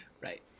Right